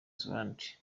zélande